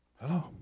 Hello